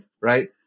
right